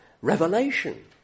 revelation